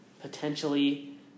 potentially